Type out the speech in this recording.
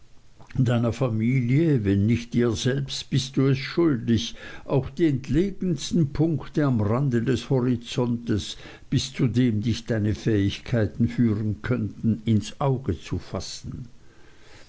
deiner familie wenn nicht dir selbst bist du es schuldig auch die entlegensten punkte am rande des horizontes bis zu dem dich deine fähigkeiten führen können ins auge zu fassen